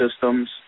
systems